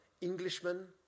Englishman